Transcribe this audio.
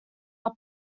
are